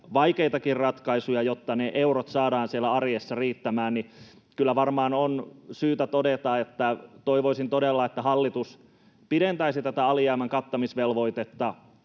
vaikeitakin ratkaisuja, jotta ne eurot saadaan siellä arjessa riittämään, kyllä varmaan on syytä todeta, että toivoisin todella, että hallitus pidentäisi tätä alijäämän kattamisvelvoitetta